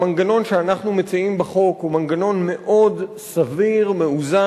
המנגנון שאנחנו מציעים בחוק הוא מנגנון מאוד סביר ומאוזן,